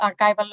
archival